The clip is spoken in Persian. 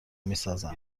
میسازد